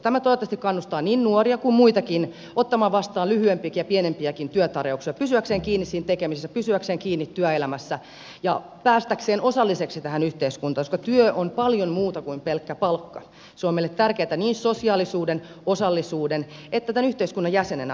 tämä toivottavasti kannustaa niin nuoria kuin muitakin ottamaan vastaan lyhyempiäkin ja pienempiäkin työtarjouksia pysyäkseen kiinni siinä tekemisessä pysyäkseen kiinni työelämässä ja päästäkseen osalliseksi tähän yhteiskuntaan koska työ on paljon muuta kuin pelkkä palkka se on meille tärkeätä niin sosiaalisuuden osallisuuden kuin tämän yhteiskunnan jäsenenä olemisen kautta